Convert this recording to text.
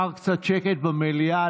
אפשר קצת שקט במליאה,